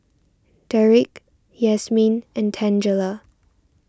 Deric Yasmeen and Tangela